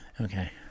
Okay